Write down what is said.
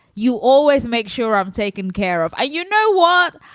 you always make sure i'm taken care of. i you know what?